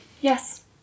Yes